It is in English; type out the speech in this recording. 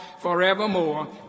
forevermore